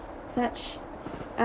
such art